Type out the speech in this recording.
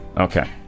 Okay